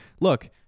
Look